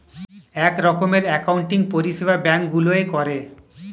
এক রকমের অ্যাকাউন্টিং পরিষেবা ব্যাঙ্ক গুলোয় করে